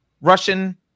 Russian